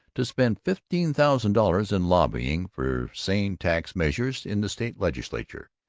to spend fifteen thousand dollars in lobbying for sane tax measures in the state legislature.